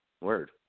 Word